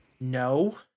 No